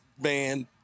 band